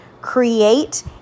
Create